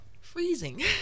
freezing